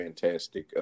fantastic